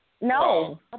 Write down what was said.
no